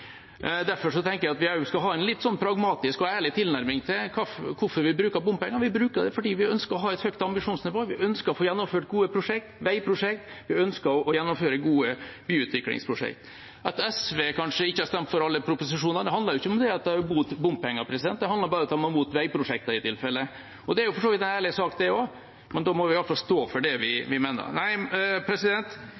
tenker jeg at vi også skal ha en litt pragmatisk og ærlig tilnærming til hvorfor vi bruker bompenger. Vi bruker det fordi vi ønsker å ha et høyt ambisjonsnivå. Vi ønsker å få gjennomført gode veiprosjekt. Vi ønsker å gjennomføre gode byutviklingsprosjekt. At SV kanskje ikke har stemt for alle proposisjonene, handler ikke om at de er imot bompenger. Det handler bare om at de i tilfelle er imot veiprosjektet. Det er for så vidt en ærlig sak det også, men da må man i hvert fall stå for det man mener. Nei, jeg tror vi